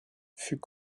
fut